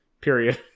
Period